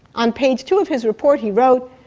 on page two of his report he wrote,